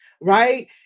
right